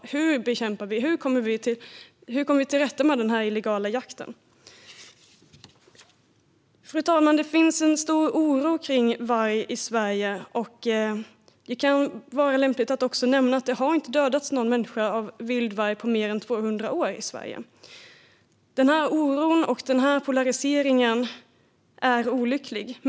Hur kommer vi till rätta med den illegala jakten? Fru talman! Det finns en stor oro i Sverige när det gäller varg. Det kan därför vara lämpligt att nämna att ingen människa har dödats av vild varg i Sverige på över 200 år. Oron och polariseringen är olycklig.